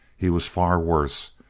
he was far worse.